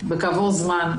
כעבור זמן.